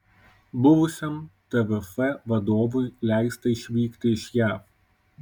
buvusiam tvf vadovui leista išvykti iš jav